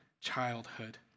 childhood